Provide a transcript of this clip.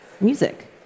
music